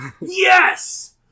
Yes